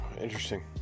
interesting